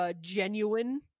genuine